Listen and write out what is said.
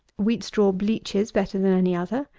wheat straw bleaches better than any other.